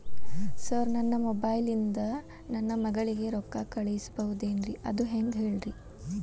sir ನನ್ನ mobile ಇಂದ ನನ್ನ ಮಗಳಿಗೆ ರೊಕ್ಕಾ ಕಳಿಸಬಹುದೇನ್ರಿ ಅದು ಹೆಂಗ್ ಹೇಳ್ರಿ